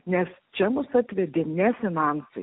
nes čia mus atvedė ne finansai